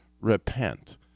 repent